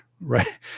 right